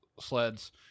sleds